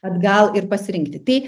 atgal ir pasirinkti tai